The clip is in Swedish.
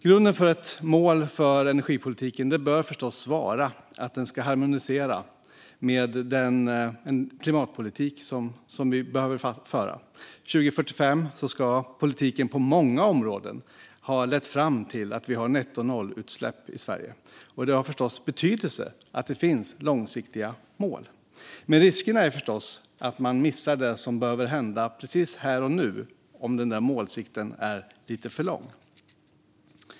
Grunden för ett mål för energipolitiken bör förstås vara att den ska harmoniera med den klimatpolitik vi ska föra. År 2045 ska politiken på många områden ha lett fram till nettonollutsläpp i Sverige. Det har förstås betydelse att det finns långsiktiga mål. Men riskerna är förstås att man missar det som behöver hända precis här och nu om målsikten är lite för lång.